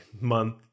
month